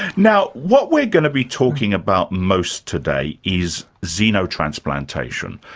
now, what we're going to be talking about most today is xenotransplantation.